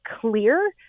clear